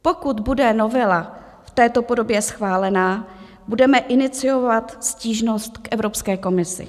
Pokud bude novela v této podobě schválena, budeme iniciovat stížnost k Evropské komisi.